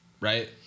right